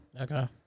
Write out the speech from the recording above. Okay